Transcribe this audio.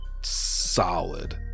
solid